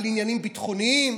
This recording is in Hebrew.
על עניינים ביטחוניים?